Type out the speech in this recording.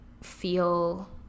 feel